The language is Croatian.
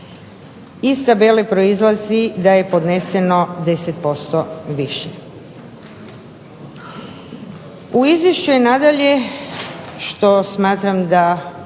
Ista vele proizlazi da je podneseno 10% više. U izvješće je nadalje što smatram da